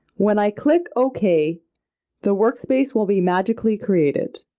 when i click ok the workspace will be magically created.